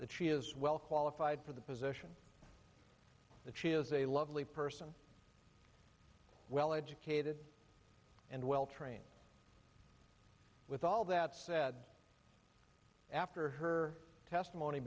that she is well qualified for the position that she is a lovely person well educated and well trained with all that said after her testimony